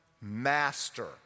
Master